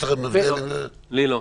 לי לא.